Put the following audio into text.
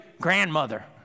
Grandmother